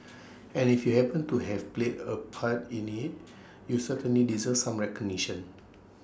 and if you happened to have played A part in IT you certainly deserve some recognition